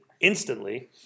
instantly